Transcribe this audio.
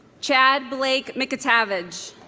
chad blake mickatavage